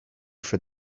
for